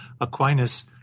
Aquinas